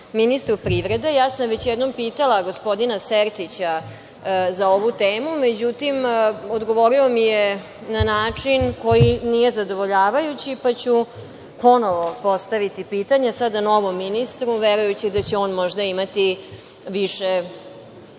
ministru privrede. Ja sam već jednom pitala gospodina Sertića za ovu temu, međutim, odgovorio mi je na način koji nije zadovoljavajući, pa ću ponovo postaviti pitanje, sada novom ministru, verujući da će on možda imati više